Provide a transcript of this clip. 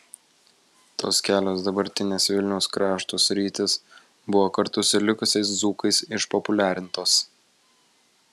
tos kelios dabartinės vilniaus krašto sritys buvo kartu su likusiais dzūkais išpopuliarintos